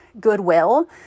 goodwill